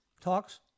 talks